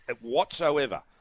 whatsoever